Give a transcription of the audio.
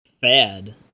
fad